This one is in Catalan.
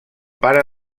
pare